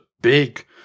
big